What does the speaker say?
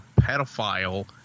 pedophile